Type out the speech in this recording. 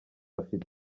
afite